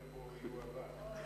הרבה פה יהיו אבק.